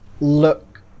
look